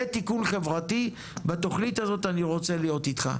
זה תיקון חברתי ובתוכנית הזאת אני רוצה להיות איתך.